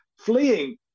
fleeing